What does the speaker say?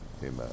Amen